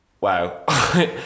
wow